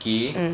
mm